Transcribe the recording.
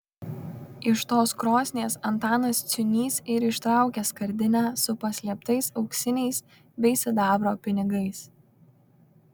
iš tos krosnies antanas ciūnys ir ištraukė skardinę su paslėptais auksiniais bei sidabro pinigais